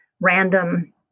random